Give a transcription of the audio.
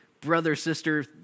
brother-sister